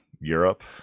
Europe